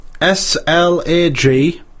S-L-A-G